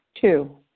Two